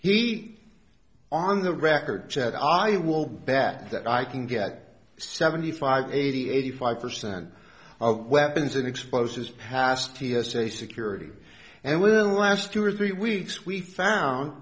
heat on the record that i will back that i can get seventy five eighty eighty five percent of weapons and explosives past t s a security and will last two or three weeks we found